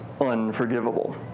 unforgivable